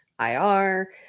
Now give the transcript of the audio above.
IR